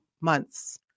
months